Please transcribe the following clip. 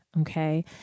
Okay